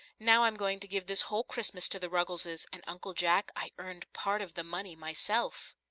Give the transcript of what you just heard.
now i'm going to give this whole christmas to the ruggleses and, uncle jack, i earned part of the money myself.